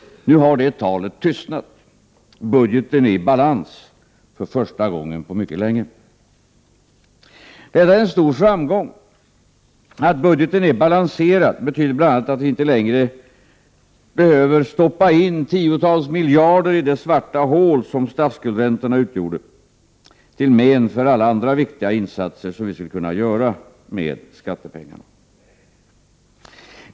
Nu har det talet tystnat. Budgeten är i balans för första gången på mycket länge. Detta är en stor framgång. Att budgeten är balanserad betyder bl.a. att vi inte längre behöver stoppa in tiotals miljarder i det svara hål som statsskuldsräntorna utgjorde, till men för alla andra viktiga insatser som vi skulle kunna göra med skattepengarna.